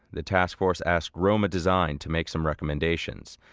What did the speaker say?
the task force asked roma design to make some recommendations.